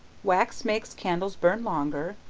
wax makes candles burn longer,